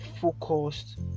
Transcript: focused